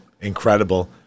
Incredible